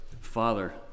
Father